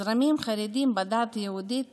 זרמים חרדים בדת היהודית